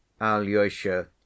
alyosha